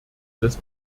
des